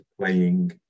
playing